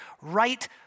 right